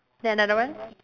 then another one